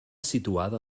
situada